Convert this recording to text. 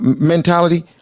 mentality